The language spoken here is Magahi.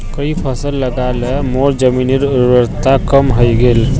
कई फसल लगा ल मोर जमीनेर उर्वरता कम हई गेले